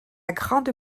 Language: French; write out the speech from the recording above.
grande